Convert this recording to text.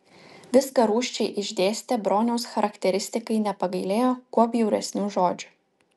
viską rūsčiai išdėstė broniaus charakteristikai nepagailėjo kuo bjauresnių žodžių